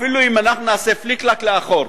אפילו אם אנחנו נעשה פליק-פלאק לאחור,